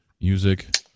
music